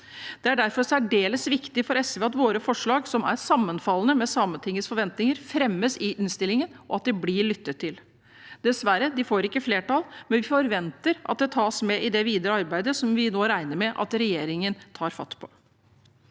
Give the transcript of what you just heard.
Det er derfor særdeles viktig for oss i SV at våre forslag, som er sammenfallende med Sametingets forventinger, fremmes i innstillingen, og at de blir lyttet til. Dessverre får de ikke flertall, men vi forventer at det tas med i det videre arbeidet som vi nå regner med at regjeringen tar fatt på.